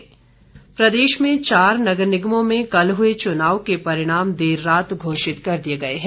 निगम चुनाव परिणाम प्रदेश में चार नगर निगमों में कल हुए चुनाव के परिणाम देर रात घोषित कर दिए गए हैं